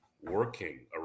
working